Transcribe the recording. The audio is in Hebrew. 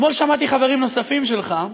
אתמול שמעתי חברים נוספים שלך,